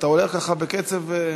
אתה הולך ככה, בקצב,